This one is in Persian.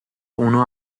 اونو